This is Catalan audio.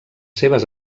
seves